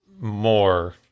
more